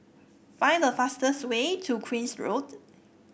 find the fastest way to Queen's Road